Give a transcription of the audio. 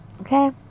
okay